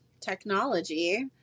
technology